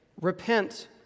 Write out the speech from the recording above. Repent